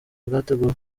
bwateguwe